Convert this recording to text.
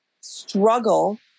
struggle